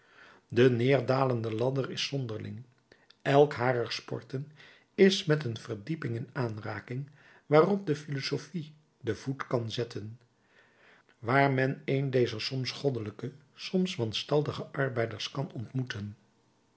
de nederdalende ladder is zonderling elk harer sporten is met een verdieping in aanraking waarop de philosophie den voet kan zetten waar men een dezer soms goddelijke soms wanstaltige arbeiders kan ontmoeten